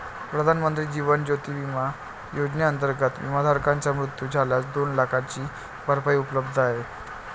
प्रधानमंत्री जीवन ज्योती विमा योजनेअंतर्गत, विमाधारकाचा मृत्यू झाल्यास दोन लाखांची भरपाई उपलब्ध आहे